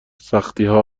سختیها